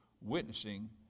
witnessing